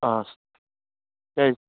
آ